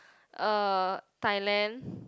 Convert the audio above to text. uh Thailand